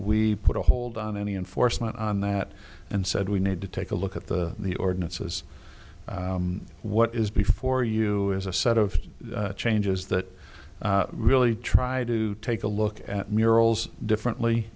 we put a hold on any enforcement on that and said we need to take a look at the the ordinances what is before you you is a set of changes that really try to take a look at murals differently